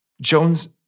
Jones